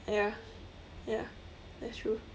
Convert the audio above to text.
ya ya that's true